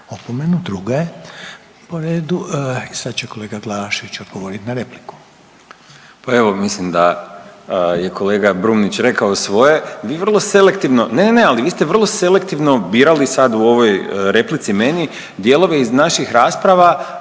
opomenu. Druga je